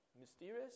mysterious